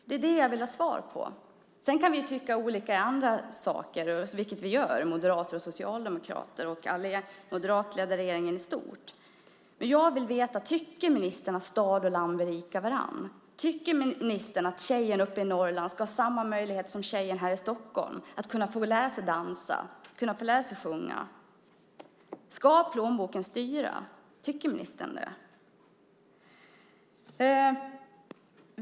Det vill jag ha svar på. Sedan kan moderater, den moderatledda regeringen i stort och socialdemokrater tycka olika om andra saker, vilket vi gör. Jag vill veta om ministern tycker att stad och land berikar varandra. Tycker ministern att tjejen uppe i Norrland ska ha samma möjlighet som tjejen här i Stockholm att få lära sig dansa och sjunga? Ska plånboken styra? Tycker ministern det?